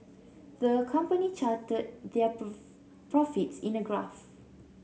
the company charted their profits in a graph